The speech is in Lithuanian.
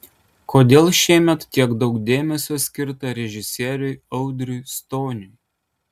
kodėl šiemet tiek daug dėmesio skirta režisieriui audriui stoniui